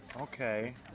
Okay